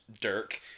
Dirk